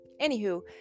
Anywho